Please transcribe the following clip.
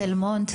תל מונד.